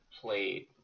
played